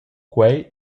quei